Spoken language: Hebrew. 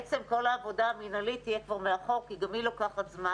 בעצם כל העבודה המנהלית תהיה כבר מאוחר כי גם היא לוקחת זמן.